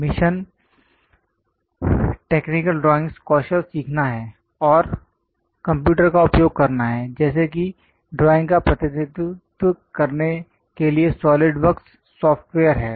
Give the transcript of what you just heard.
mission क्निकल drawing कौशल सीखना है और कंप्यूटर का उपयोग करना है जैसे कि ड्राइंग का प्रतिनिधित्व करने के लिए SOLIDWORKS सॉफ्टवेयर है